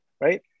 right